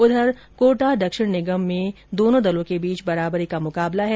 इधर कोटा दक्षिण निगम में दोनों दलों के बीच बराबरी का मुकाबला है